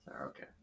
okay